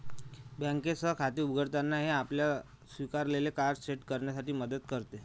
बँकेसह खाते उघडताना, हे आपल्याला स्वीकारलेले कार्ड सेट करण्यात मदत करते